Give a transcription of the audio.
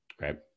Right